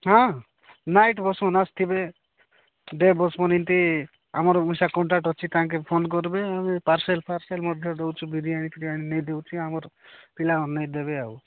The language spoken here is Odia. ହଁ ନାଇଟ୍ ବସମ ଆସିଥିବେ ଡେ ବସମ ଏମିତି ଆମର ମିଶା କଣ୍ଟାକ୍ଟ ଅଛି ତାଙ୍କେ ଫୋନ କରିବେ ଆମେ ପାର୍ସଲ ଫାର୍ସେଲ ମଧ୍ୟ ଦଉଚୁ ବିରିୟାନୀ ଫରିୟାନୀ ନେଇଦଉଚୁ ଆମର ପିଲା ନେଇଦେବେ ଆଉ